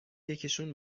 یکیشون